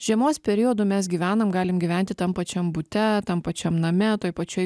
žiemos periodu mes gyvenam galim gyventi tam pačiam bute tam pačiam name toj pačioj